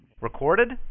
Recorded